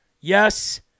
Yes